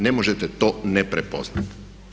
Ne možete to ne prepoznati.